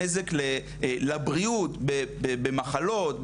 הנזק לבריאות במחלות,